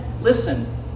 Listen